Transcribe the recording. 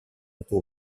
pour